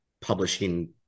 publishing